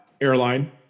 airline